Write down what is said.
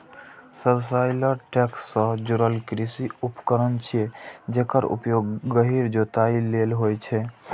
subsoiler tractor सं जुड़ल कृषि उपकरण छियै, जेकर उपयोग गहींर जोताइ लेल होइ छै